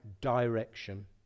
direction